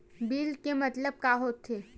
Bill के मतलब का होथे?